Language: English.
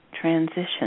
transition